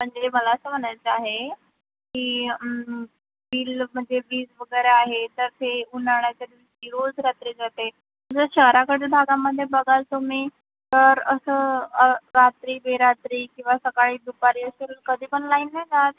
म्हणजे मला असं म्हणायचं आहे की वील म्हणजे वीज वगैरे आहे तर ते उन्हाळ्याच्या दिवशी रोज रात्री जाते जर शहराकडच्या भागामध्ये बघाल तुम्ही तर असं रात्री बेरात्री किंवा सकाळी दुपारी असेल कधी पण लाईन नाही जात